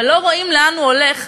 ולא רואים לאן הוא הולך,